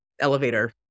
elevator